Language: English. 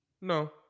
No